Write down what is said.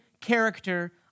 character